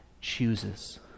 chooses